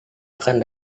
akan